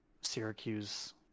Syracuse